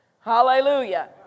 Hallelujah